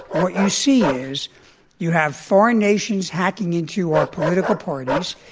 what you see is you have foreign nations hacking into our political parties,